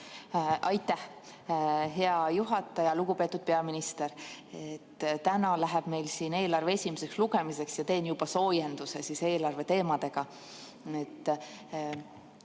Aitäh, hea juhataja! Lugupeetud peaminister! Täna läheb meil siin eelarve esimeseks lugemiseks ja teen juba soojenduse eelarveteemadega.